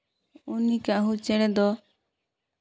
ᱩᱱᱤ ᱠᱟᱺᱦᱩ ᱪᱮᱬᱮ ᱫᱚ